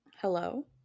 Hello